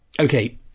Okay